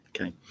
Okay